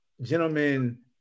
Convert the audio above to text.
gentlemen